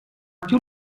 più